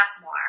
more